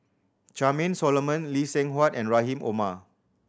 Charmaine Solomon Lee Seng Huat and Rahim Omar